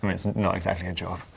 um it's not exactly a job.